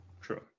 True